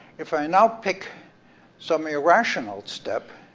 if i now pick some irrational step,